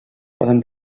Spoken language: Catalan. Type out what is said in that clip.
poden